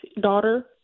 daughter